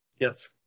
Yes